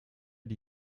die